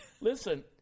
Listen